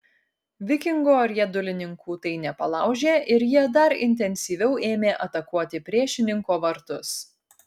vikingo riedulininkų tai nepalaužė ir jie dar intensyviau ėmė atakuoti priešininko vartus